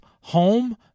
home